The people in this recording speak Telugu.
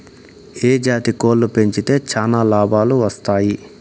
ఏ జాతి కోళ్లు పెంచితే చానా లాభాలు వస్తాయి?